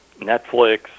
Netflix